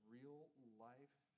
real-life